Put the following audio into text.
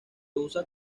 usa